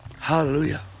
Hallelujah